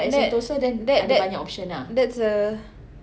that that that that's a